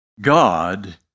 God